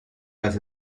las